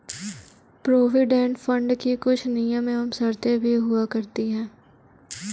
provident fund की कुछ नियम एवं शर्तें भी हुआ करती हैं